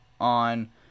on